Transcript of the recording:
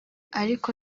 ariko